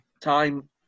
time